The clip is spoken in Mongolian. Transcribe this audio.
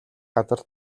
газар